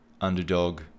underdog